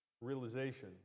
Realization